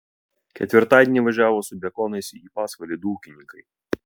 ketvirtadienį važiavo su bekonais į pasvalį du ūkininkai